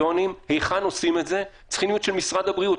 והקריטריונים היכן עושים את זה צריכים להיות של משרד הבריאות,